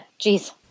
Jeez